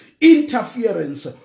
interference